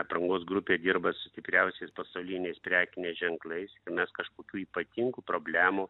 aprangos grupė dirba su stipriausiais pasauliniais prekiniais ženklais tai mes kažkokių ypatingų problemų